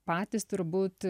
patys turbūt